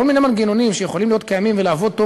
כל מיני מנגנונים שיכולים להיות קיימים ולעבוד טוב